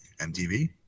MTV